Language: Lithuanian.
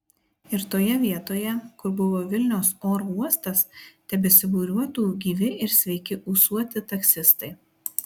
ir toje vietoje kur buvo vilniaus oro uostas tebesibūriuotų gyvi ir sveiki ūsuoti taksistai